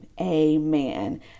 amen